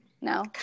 No